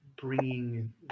bringing